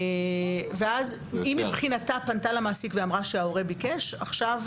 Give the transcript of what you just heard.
היא מבחינתה פנתה מעסיק ואמרה שההורה ביקש ועכשיו